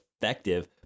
effective